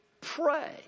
pray